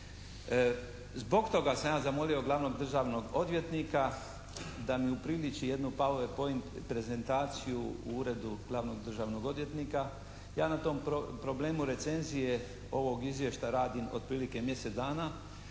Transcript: Zbog toga sam ja zamolio glavnog državnog odvjetnika da mi upriliči jednu power point prezentaciju u uredu glavnog državnog odvjetnika. Ja na tom problemu recenzije ovog izvješća radim otprilike mjesec dana.